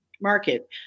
Market